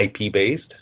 IP-based